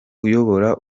uyobora